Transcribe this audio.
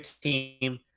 team